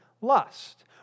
lust